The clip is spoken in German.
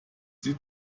sie